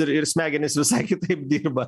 ir ir smegenys visai kitaip dirba